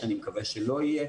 שאני מקווה שלא יהיה,